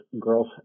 girls